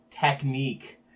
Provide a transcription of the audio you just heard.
technique